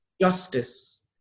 Justice